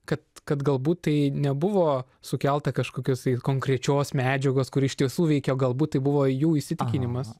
kad kad galbūt tai nebuvo sukelta kažkokios konkrečios medžiagos kuri iš tiesų veikia o galbūt tai buvo jų įsitikinimas